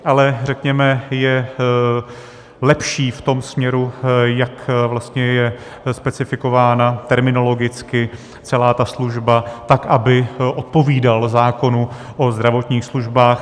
Ale řekněme je lepší v tom směru, jak je specifikována terminologicky celá ta služba tak, aby odpovídala zákonu o zdravotních službách.